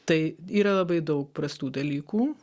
tai yra labai daug prastų dalykų